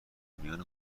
میان